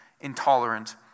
intolerant